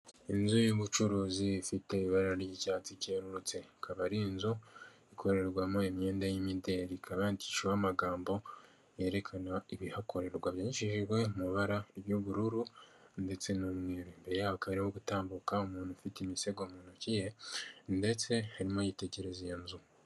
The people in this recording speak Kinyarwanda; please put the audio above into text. Inzu y'ubucuruzi ifite ibara ry'icyatsi cyerurutse, ikaba ari inzu ikorerwamo imyenda y'imideli, ikaba yandikishijeho amagambo yerekana ibihakorerwa binyujijwe mu mabara y'ubururu, ndetse n'umweru. Imbere yaho hakaba harimo gutambuka umuntu ufite imisego mu ntoki ye, ndetse arimo yitegereza iyo nzu